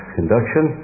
induction